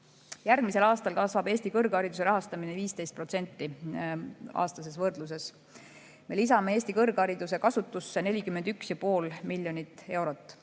Järgmisel aastal kasvab Eesti kõrghariduse rahastamine aastases võrdluses 15%. Me lisame Eesti kõrghariduse rahastusse 41,5 miljonit eurot.